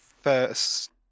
first